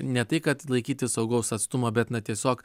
ne tai kad laikytis saugaus atstumo bet na tiesiog